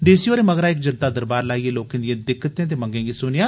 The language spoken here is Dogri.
डी सी होरें मगरा इक जनता दरबार लाईए लोकें दिएं दिक्कतें ते मंगें गी सुनेआ